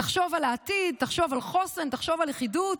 תחשוב על העתיד, תחשוב על חוסן, תחשוב על לכידות,